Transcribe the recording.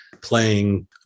playing